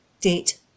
date